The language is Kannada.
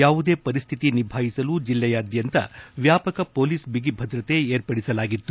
ಯಾವುದೇ ಪರಿಸ್ಥಿತಿ ನಿಭಾಯಿಸಲು ಜಿಲ್ಲೆಯಾದ್ದಂತ ವ್ವಾಪಕ ಪೊಲೀಸ್ ಐಗಿ ಭದ್ರತೆ ವಿರ್ಪಡಿಸಲಾಗಿತ್ತು